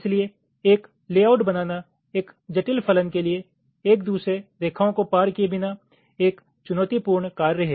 इसलिए एक लेआउट बनाना एक जटिल फलन के लिए एक दूसरे रेखाओं को पार किये बिना एक चुनौतीपूर्ण कार्य है